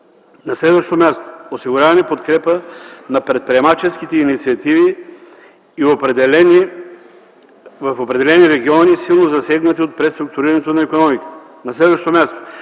На следващо място, „осигуряване подкрепа на предприемаческите инициативи в определени региони, силно засегнати от преструктурирането на икономиката”.